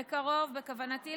בקרוב בכוונתי,